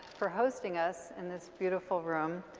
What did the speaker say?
for hosting us, in this beautiful room,